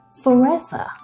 forever